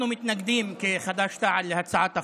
אנחנו, חד"ש-תע"ל, מתנגדים להצעת החוק.